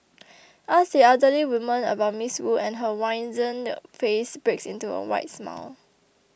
ask the elderly woman about Miss Wu and her wizened face breaks into a wide smile